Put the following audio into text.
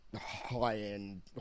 high-end